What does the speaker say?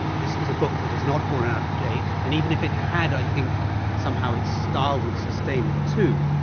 this is a book which has not fallen out of date, and even if it had i think somehow its style would sustain it too,